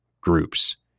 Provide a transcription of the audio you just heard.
groups